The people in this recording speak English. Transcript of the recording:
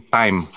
time